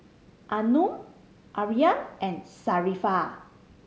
Anuar Aryan and Sharifah